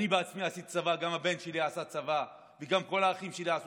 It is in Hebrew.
אני בעצמי עשיתי צבא וגם הבן שלי עשה צבא וגם כל האחים שלי היו בצבא.